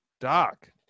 Doc